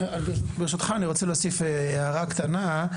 ברשותך אני רוצה להוסיף הערה קטנה,